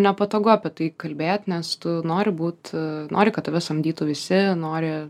nepatogu apie tai kalbėt nes tu nori būt nori kad tave samdytų visi nori